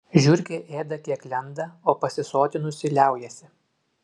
žiurkė ėda kiek lenda o pasisotinusi liaujasi